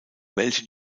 welche